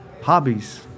hobbies